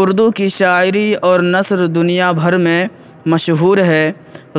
اردو کی شاعری اور نثر دنیا بھر میں مشہور ہے